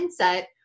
mindset